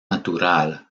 natural